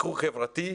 ריחוק חברתי,